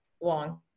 long